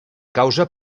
causa